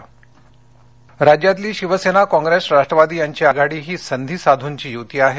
गडकरी राज्यातली शिवसेना काँग्रेस राष्ट्रवादी यांची आघाडी ही संधीसाधूंची युती आहे